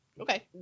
Okay